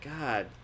God